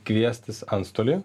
kviestis antstolį